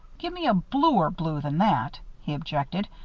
gimme a bluer blue than that, he objected.